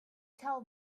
tell